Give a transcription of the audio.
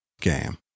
game